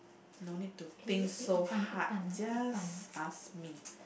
no need to think so hard just ask me